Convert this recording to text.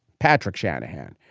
patrick shanahan,